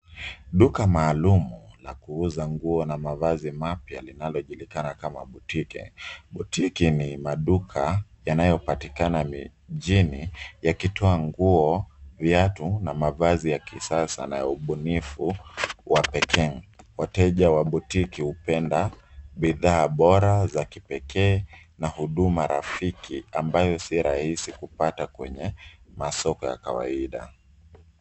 Duka maalumu la kuuza nguo na mavazi mapya linalojulikana kama botiki. Botiki ni maduka yanayopatikana mijini yakitwaa nguo , viatu, na mavazi ya kisasa na ya ubunifu wa pekee. Wateja wa botiki hupenda bidhaa bora za kipekee na huduma rafiki, ambayo si rahisi kupata kwenye masoko ya kawaida.